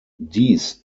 dies